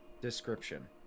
Description